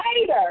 later